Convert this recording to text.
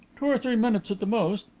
two or three minutes at the most.